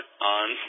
on